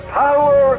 power